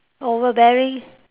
overbearing